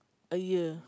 a year